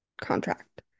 contract